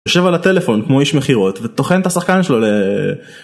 יושב על הטלפון כמו איש מכירות וטוחן את השחקן שלו.